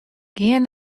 gean